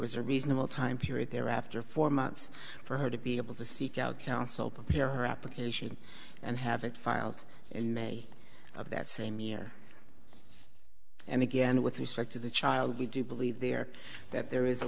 was a reasonable time period there after four months for her to be able to seek out counsel prepare her application and have it filed in may of that same year and again with respect to the child we do believe there that